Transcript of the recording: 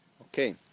Okay